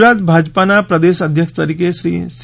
ગુજરાત ભાજપાના પ્રદેશ અધ્યક્ષ તરીકે શ્રી સી